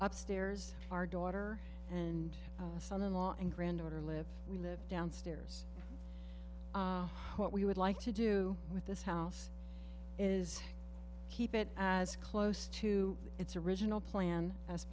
upstairs our daughter and son in law and granddaughter live we lived downstairs what we would like to do with this house is keep it as close to its original plan as